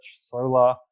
Solar